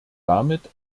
damit